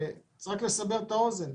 רק לסבר את האוזן: